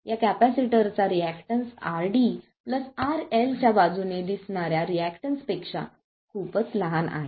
या capacitor C2 चा reactance RD RLच्या बाजूने दिसणार्या रेसिस्टन्स पेक्षा खूपच लहान आहे